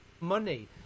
money